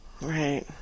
Right